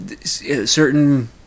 certain